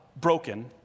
broken